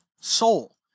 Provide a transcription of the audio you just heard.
soul